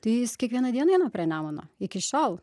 tai jis kiekvieną dieną eina prie nemuno iki šiol